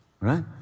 Right